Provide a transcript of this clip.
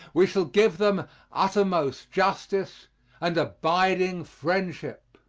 we shall give them uttermost justice and abiding friendship.